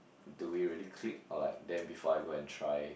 do we really click or like then before I go and try